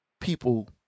people